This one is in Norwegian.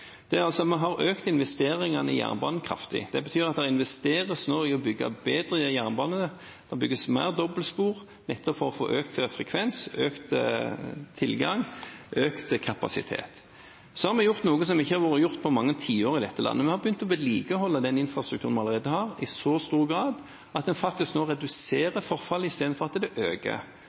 vi har økt investeringene i jernbanen kraftig. Det betyr at det nå investeres i å bygge bedre jernbane. Det bygges mer dobbeltspor, nettopp for å få økt frekvens, økt tilgang og økt kapasitet. Så har vi gjort noe som ikke har vært gjort på mange tiår i dette landet: Vi har begynt å vedlikeholde den infrastrukturen vi allerede har, i så stor grad at en nå faktisk reduserer forfallet, istedenfor at det øker.